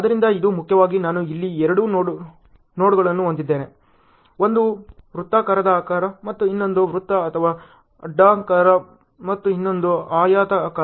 ಆದ್ದರಿಂದ ಇದು ಮುಖ್ಯವಾಗಿ ನಾನು ಇಲ್ಲಿ ಎರಡು ನೋಡ್ಗಳನ್ನು ಹೊಂದಿದ್ದೇನೆ ಒಂದು ವೃತ್ತಾಕಾರದ ಆಕಾರ ಮತ್ತು ಇನ್ನೊಂದು ವೃತ್ತ ಅಥವಾ ಅಂಡಾಕಾರ ಮತ್ತು ಇನ್ನೊಂದು ಆಯತ ಆಕಾರ